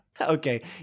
Okay